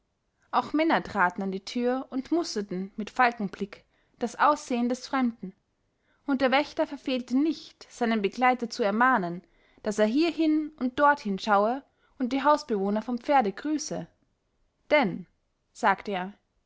auch männer traten an die tür und musterten mit falkenblick das aussehen des fremden und der wächter verfehlte nicht seinen begleiter zu ermahnen daß er hierhin und dorthin schaue und die hausbewohner vom pferde grüße denn sagte er